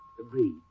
Agreed